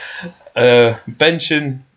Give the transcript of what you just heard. benching